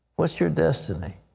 what's your destiny?